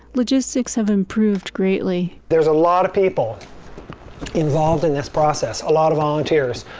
logistics have improved greatly. there's a lot of people involved in this process. a lot of volunteers.